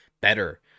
better